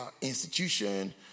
institution